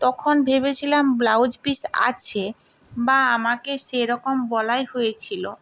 তখন ভেবেছিলাম blouse piece আছে বা আমাকে সেই রকম বলাই হয়েছিলো